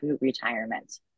retirement